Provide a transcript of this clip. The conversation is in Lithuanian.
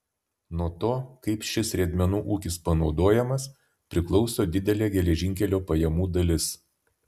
nuo to kaip šis riedmenų ūkis panaudojamas priklauso didelė geležinkelio pajamų dalis